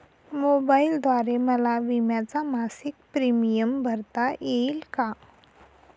मोबाईलद्वारे मला विम्याचा मासिक प्रीमियम भरता येईल का?